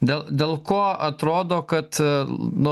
dėl dėl ko atrodo kad nu